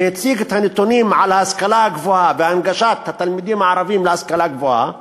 כשהציג את הנתונים על ההשכלה הגבוהה והנגשת ההשכלה הגבוהה